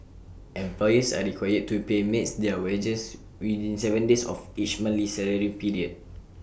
employers are required to pay maids their wages within Seven days of each monthly salary period